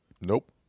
Nope